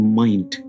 mind